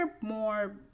more